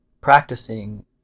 practicing